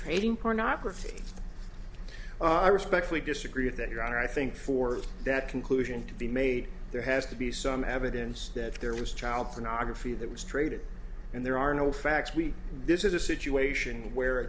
creating pornography i respectfully disagree with that your honor i think for that conclusion to be made there has to be some evidence that there was child pornography that was traded and there are no facts we this is a situation where a